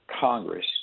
Congress